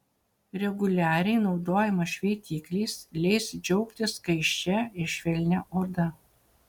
reguliariai naudojamas šveitiklis leis džiaugtis skaisčia ir švelnia oda